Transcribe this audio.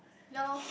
ya lor